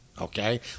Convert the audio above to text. okay